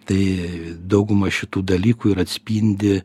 tai dauguma šitų dalykų ir atspindi